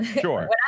Sure